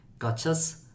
gotchas